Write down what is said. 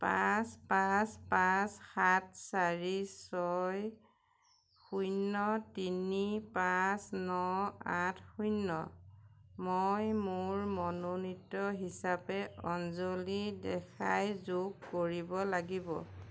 পাঁচ পাঁচ পাঁচ সাত চাৰি ছয় শূন্য তিনি পাঁচ ন আঠ শূন্য মই মোৰ মনোনীত হিচাপে অঞ্জলী দেশাই যোগ কৰিব লাগিব